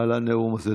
על הנאום הזה.